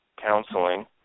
counseling